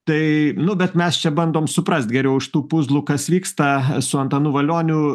tai nu bet mes čia bandom suprast geriau iš tų puzlų kas vyksta su antanu valioniu